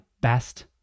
best